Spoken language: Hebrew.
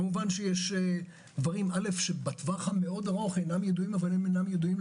כמובן יש דברים שבטווח המאוד ארוך הם אינם ידועים,